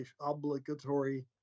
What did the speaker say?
obligatory